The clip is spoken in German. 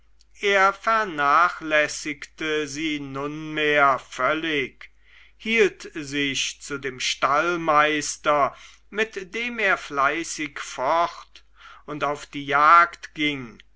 er vernachlässigte sie nunmehr völlig hielt sich zu dem stallmeister mit dem er fleißig focht und auf die jagd ging